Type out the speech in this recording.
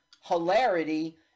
hilarity